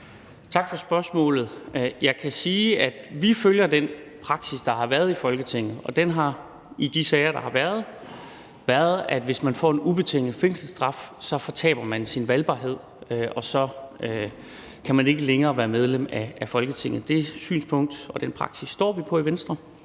Tak for spørgsmålet. Jeg kan sige, at vi følger den praksis, der har været i Folketinget. Og den har i de sager, der har været, været sådan, at hvis man får en ubetinget fængselsstraf, fortaber man sin valgbarhed, og så kan man ikke længere være medlem af Folketinget. Det synspunkt og den praksis står vi fast på i Venstre,